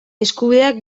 eskubideak